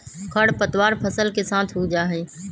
खर पतवार फसल के साथ उग जा हई